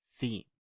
theme